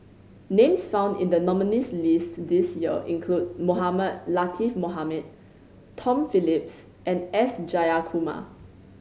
names found in the nominees' list this year include Mohamed Latiff Mohamed Tom Phillips and S Jayakumar